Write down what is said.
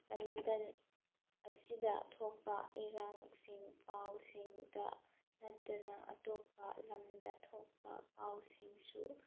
ꯂꯝꯗꯝ ꯑꯁꯤꯗ ꯊꯣꯛꯄ ꯏꯔꯥꯡꯁꯤꯡ ꯄꯥꯎꯁꯤꯡꯇ ꯅꯠꯇꯅ ꯑꯇꯣꯞꯄ ꯂꯝꯗ ꯊꯣꯛꯄ ꯄꯥꯎꯁꯤꯡꯁꯨ